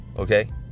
Okay